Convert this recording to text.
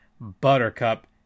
Buttercup